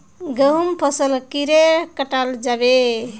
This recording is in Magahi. गहुम फसल कीड़े कटाल जाबे?